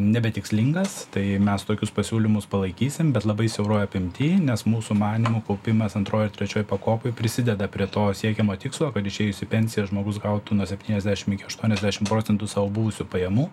nebetikslingas tai mes tokius pasiūlymus palaikysim bet labai siauroj apimty nes mūsų manymu kaupimas antroj ir trečioj pakopoj prisideda prie to siekiamo tikslo kad išėjus į pensiją žmogus gautų nuo septyniasdešim iki aštuoniasdešim procentų savo buvusių pajamų